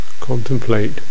contemplate